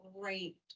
great